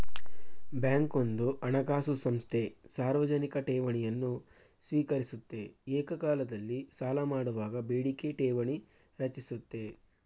bank ಒಂದು ಹಣಕಾಸು ಸಂಸ್ಥೆ ಸಾರ್ವಜನಿಕ ಠೇವಣಿಯನ್ನು ಸ್ವೀಕರಿಸುತ್ತೆ ಏಕಕಾಲದಲ್ಲಿ ಸಾಲಮಾಡುವಾಗ ಬೇಡಿಕೆ ಠೇವಣಿ ರಚಿಸುತ್ತೆ